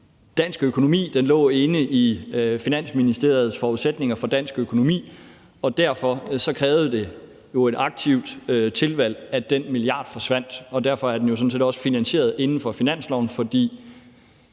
dansk økonomi, den lå inde i Finansministeriets forudsætninger for dansk økonomi, og derfor krævede det et aktivt tilvalg, at den milliard forsvandt, og derfor er den sådan set også finansieret inden for finansloven, fordi